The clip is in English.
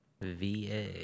VA